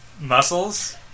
muscles